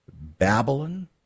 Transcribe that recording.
Babylon